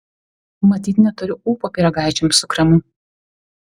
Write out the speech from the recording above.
matyt neturiu ūpo pyragaičiams su kremu